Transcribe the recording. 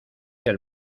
del